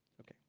Okay